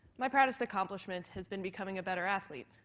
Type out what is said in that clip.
my proudest accomplishment has been becoming a better athlete.